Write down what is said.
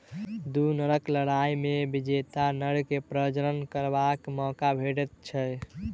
दू नरक लड़ाइ मे विजेता नर के प्रजनन करबाक मौका भेटैत छै